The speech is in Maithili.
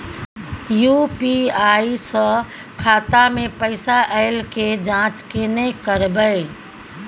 यु.पी.आई स खाता मे पैसा ऐल के जाँच केने करबै?